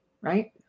Right